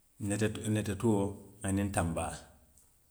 Netetuo aniŋ tanbaa